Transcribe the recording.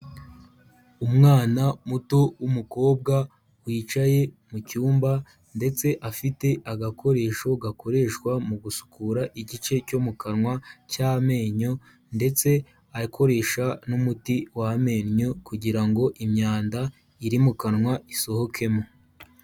Umwana muto w'umukobwa wicaye mu cyumba ndetse afite agakoresho gakoreshwa mu gusukura igice cyo mu kanwa cy'amenyo ndetse akoresha n'umuti w'amenyo kugira ngo imyanda iri mu kanwa isohokemo.